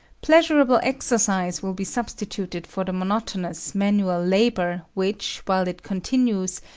pleasurable exercise will be substituted for the monotonous, manual labour which, while it continues,